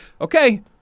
Okay